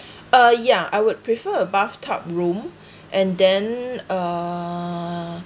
uh ya I would prefer a bathtub room and then uh